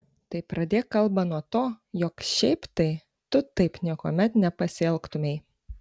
tai pradėk kalbą nuo to jog šiaip tai tu taip niekuomet nepasielgtumei